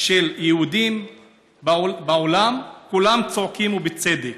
של יהודים בעולם, כולם צועקים, ובצדק.